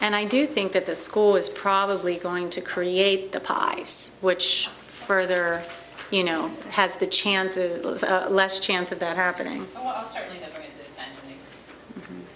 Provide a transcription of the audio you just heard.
and i do think that the school is probably going to create the pockets which further you know has the chances less chance of that happening